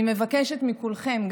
אני מבקשת מכולכם,